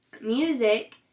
music